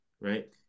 right